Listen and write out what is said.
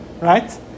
Right